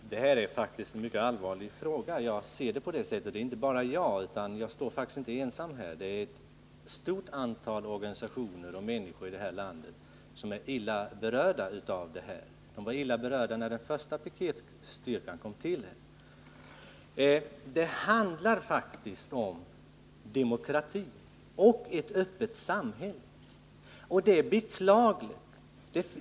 Herr talman! Det här är faktiskt en mycket allvarlig fråga. Det är inte bara jag som ser den på det sättet. Ett stort antal organisationer och många människor här i landet är illa berörda av förslaget om piketstyrkan. De var illa berörda redan när den första styrkan kom till. Det handlar faktiskt om demokrati och ett öppet samhälle.